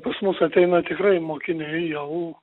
pas mus ateina tikrai mokiniai jau